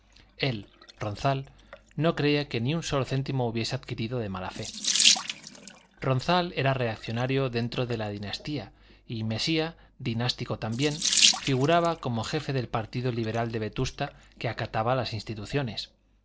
él ronzal no creía que ni un solo céntimo hubiese adquirido de mala fe ronzal era reaccionario dentro de la dinastía y mesía dinástico también figuraba como jefe del partido liberal de vetusta que acataba las instituciones